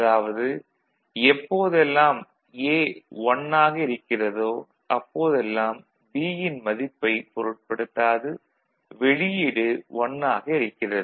அதாவது எப்போதெல்லாம் A 1 ஆக இருக்கிறதோ அப்போதெல்லாம் B ன் மதிப்பைப் பொருட்படுத்தாது வெளியீடு 1 ஆக இருக்கிறது